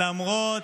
למרות,